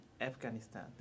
Afghanistan